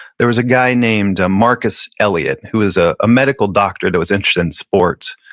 there was a guy named marcus elliot, who was ah a medical doctor that was interested in sports.